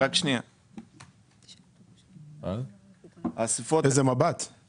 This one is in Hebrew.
ככל שיהיה צורך בקבלת אישור דירקטוריון של חברת מפא"ר,